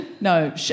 No